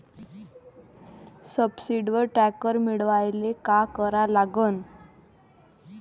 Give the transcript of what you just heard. सबसिडीवर ट्रॅक्टर मिळवायले का करा लागन?